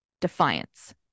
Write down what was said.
Defiance